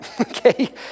okay